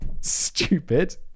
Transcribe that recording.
stupid